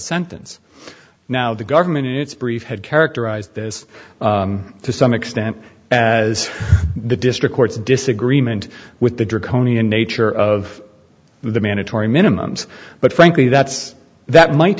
sentence now the government in its brief had characterized this to some extent as the district courts disagreement with the draconian nature of the mandatory minimums but frankly that's that might